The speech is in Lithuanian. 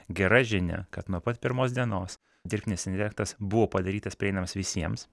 gera žinia kad nuo pat pirmos dienos dirbtinis intelektas buvo padarytas prieinamas visiems